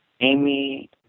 Amy